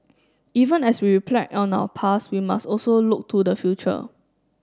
even as we reflect on our past we must also look to the future